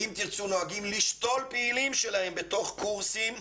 "אם תרצו" נוהגים לשתול פעילים שלהם בתוך קורסים,